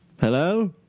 hello